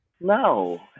no